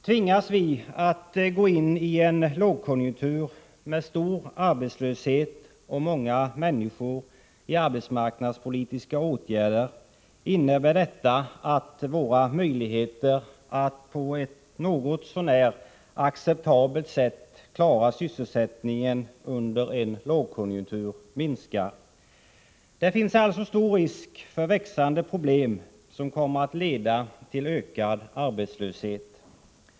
Tvingas vi att gå in i en lågkonjunktur med stor arbetslöshet och många människor i arbetsmarknadspolitiska åtgärder, innebär detta att våra möjligheter att på ett något så när acceptabelt sätt klara sysselsättningen under en lågkonjunktur minskar. Det finns alltså stor risk för växande problem, som kommer att leda till ökad arbetslöshet.